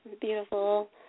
Beautiful